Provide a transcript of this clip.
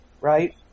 right